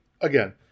again